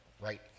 right